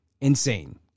insane